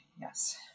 Yes